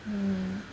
mm